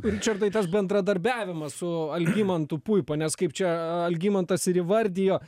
ričardai tas bendradarbiavimas su algimantu puipa nes kaip čia algimantas ir įvardijo